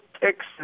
Texas